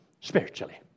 spiritually